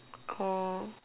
Call